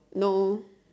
no